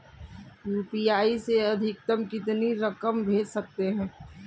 UPI से अधिकतम कितनी रकम भेज सकते हैं?